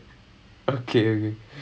just